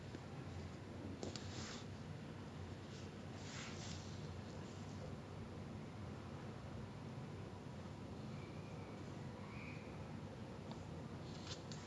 but then like ya again lah like after my friends introduced me to music I was like okay this [one] feels like I do want to work out because I love the rush of like adrenaline you know when you play badminton like you see the shuttlecock coming then you have to run in front to get it over the net